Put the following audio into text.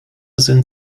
sind